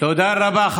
תודה רבה,